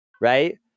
Right